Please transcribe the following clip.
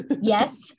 yes